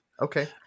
Okay